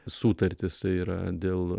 sutartis tai yra dėl